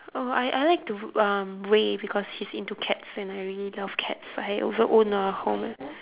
uh I I like to um ray because he's into cats and I really love cats I ever own a home at